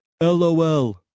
LOL